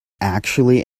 actually